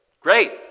Great